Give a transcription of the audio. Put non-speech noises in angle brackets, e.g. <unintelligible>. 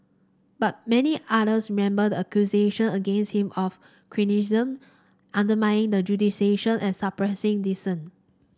but many others remember the accusation against him of cronyism undermining the <unintelligible> and suppressing dissent